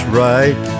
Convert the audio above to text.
right